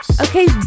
Okay